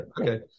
Okay